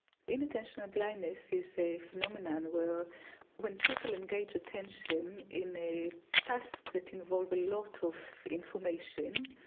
inattentional blindness is a phenomenon where when people engage attention in a task that involves a lot of information,